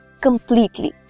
completely